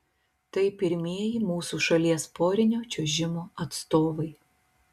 tai pirmieji mūsų šalies porinio čiuožimo atstovai